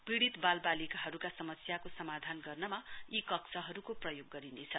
पीडित बालबालिकाहरूका समस्याको समाधान गर्नमा यी कक्षमहरूको प्रयोग गरिनेछ